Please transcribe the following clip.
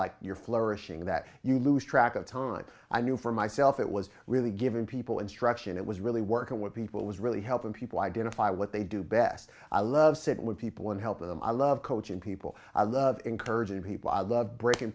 like you're flourishing that you lose track of time i knew for myself it was really giving people instruction it was really working with people it was really helping people identify what they do best i love sitting with people and helping them i love coaching people encouraging people i love br